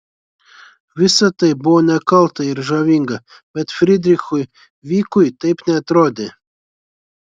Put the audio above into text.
visa tai buvo nekalta ir žavinga bet frydrichui vykui taip neatrodė